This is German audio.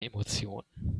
emotion